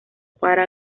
para